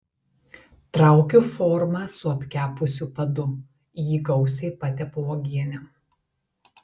traukiu formą su apkepusiu padu jį gausiai patepu uogiene